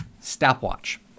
stopwatch